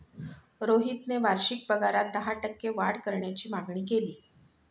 रोहितने वार्षिक पगारात दहा टक्के वाढ करण्याची मागणी केली